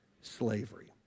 slavery